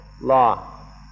law